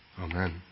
Amen